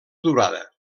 durada